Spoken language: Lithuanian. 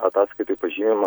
ataskaitoj pažymima